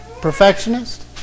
perfectionist